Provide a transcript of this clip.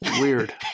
Weird